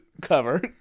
cover